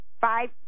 Five